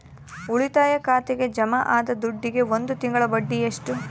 ಉಳಿತಾಯ ಖಾತೆಗೆ ಜಮಾ ಆದ ದುಡ್ಡಿಗೆ ಒಂದು ತಿಂಗಳ ಬಡ್ಡಿ ಎಷ್ಟು?